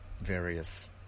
various